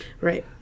right